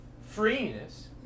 freeness